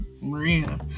Maria